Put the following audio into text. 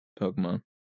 Pokemon